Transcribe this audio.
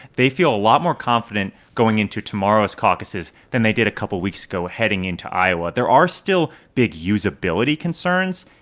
they feel a lot more confident going into tomorrow's caucuses than they did a couple weeks ago heading into iowa. there are still big usability concerns.